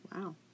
Wow